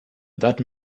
that